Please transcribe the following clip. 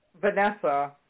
vanessa